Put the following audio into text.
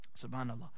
subhanallah